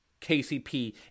KCP